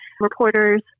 reporters